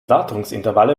wartungsintervalle